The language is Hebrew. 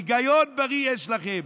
היגיון בריא יש לכם.